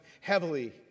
Heavily